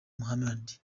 muhammad